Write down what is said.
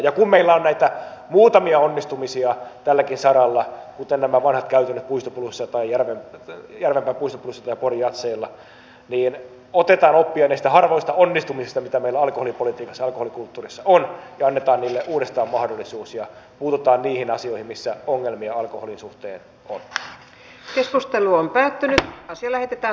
ja kun meillä on näitä muutamia onnistumisia tälläkin saralla kuten nämä vanhat käytännöt järvenpään puistobluesissa tai pori jazzeilla niin otetaan oppia näistä harvoista onnistumisista mitä meillä alkoholipolitiikassa alkoholikulttuurissa on ja annetaan niille uudestaan mahdollisuus ja puututaan niihin asioihin missä ongelmia alkoholin suhteen on päättynyt mutta sillä että